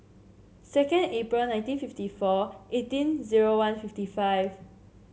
second April nineteen fifty four eighteen zero one fifty five